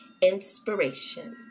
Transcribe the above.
Inspiration